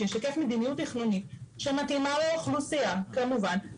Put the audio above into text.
שישקף מדיניות תכנונית שמתאימה לאוכלוסיה כמובן,